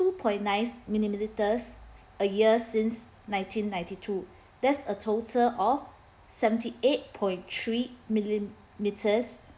two point nine millimetres a year since nineteen ninety two that's a total of seventy eight point three millimeters